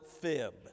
fib